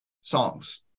songs